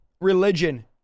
religion